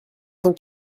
cent